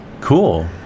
Cool